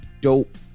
dope